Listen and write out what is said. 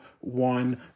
one